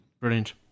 Brilliant